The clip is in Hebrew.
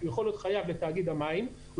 כי הוא יכול להיות חייב לתאגיד המים והוא